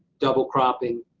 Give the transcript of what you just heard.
double cropping,